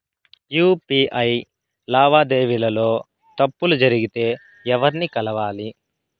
UPI లావాదేవీల లో తప్పులు జరిగితే ఎవర్ని కలవాలి?